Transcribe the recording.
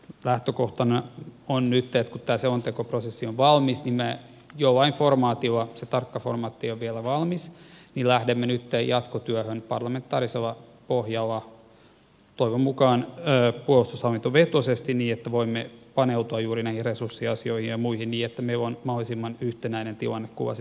lähtökohtana on nyt että kun tämä selontekoprosessi on valmis niin me jollain formaatilla se tarkka formaatti ei ole vielä valmis lähdemme nyt jatkotyöhön parlamentaarisella pohjalla toivon mukaan puolustushallintovetoisesti niin että voimme paneutua juuri näihin resurssiasioihin ja muihin niin että meillä on mahdollisimman yhtenäinen tilannekuva sitten kun tullaan seuraaviin vaaleihin